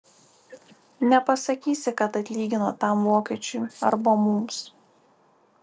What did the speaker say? nepasakysi kad atlygino tam vokiečiui arba mums